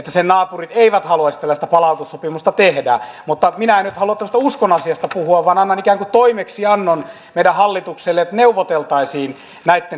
naapurit eivät haluaisi tällaista palautussopimusta tehdä mutta minä en nyt halua tämmöisestä uskonasiasta puhua vaan annan ikään kuin toimeksiannon meidän hallitukselle että neuvoteltaisiin näitten